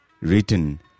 written